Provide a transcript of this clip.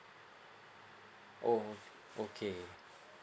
oh okay